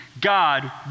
God